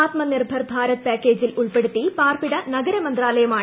ആത്മനിർഭർഭാരത് പാക്കേജിൽ ഉൾപ്പെടുത്തി പാർപ്പിട നഗരമന്ത്രാലയമാണ്